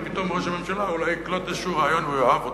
ופתאום ראש הממשלה אולי יקלוט איזה רעיון והוא יאהב אותו,